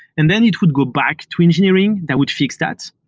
and then it would go back to engineering that would fix that.